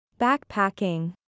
Backpacking